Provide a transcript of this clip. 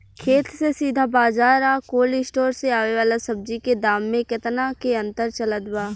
खेत से सीधा बाज़ार आ कोल्ड स्टोर से आवे वाला सब्जी के दाम में केतना के अंतर चलत बा?